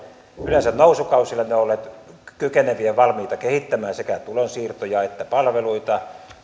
yleensä nousukausina ovat olleet kykeneviä ja valmiita kehittämään sekä tulonsiirtoja että palveluita